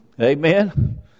amen